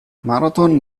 marathon